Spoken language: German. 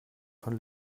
von